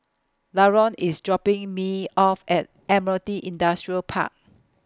Laron IS dropping Me off At Admiralty Industrial Park